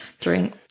drink